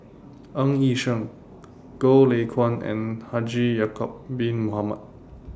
Ng Yi Sheng Goh Lay Kuan and Haji Ya'Acob Bin Mohamed